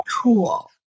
cool